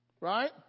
Right